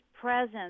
presence